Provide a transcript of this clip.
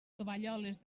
tovalloles